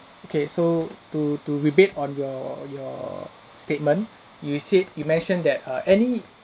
okay so to to rebut on your your statement you said you mentioned that err any